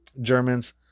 Germans